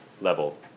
level